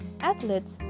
athletes